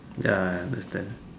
ya I understand